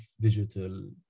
digital